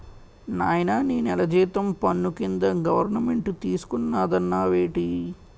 నాయనా నీ నెల జీతం పన్ను కింద గవరమెంటు తీసుకున్నాదన్నావేటి